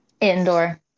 Indoor